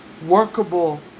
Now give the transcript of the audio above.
Workable